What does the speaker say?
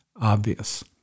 obvious